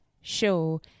show